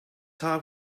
heart